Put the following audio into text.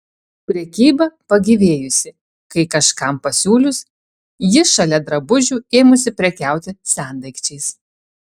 prekyba pagyvėjusi kai kažkam pasiūlius ji šalia drabužių ėmusi prekiauti sendaikčiais